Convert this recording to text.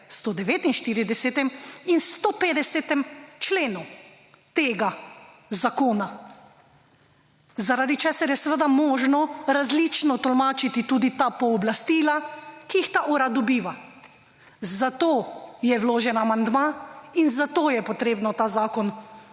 149. in 150. členu tega zakona, zaradi česar je seveda možno različno tolmačiti tudi ta pooblastila, ki jih ta urad dobiva. Zato je vložen amandma in zato je treba pri